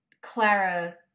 Clara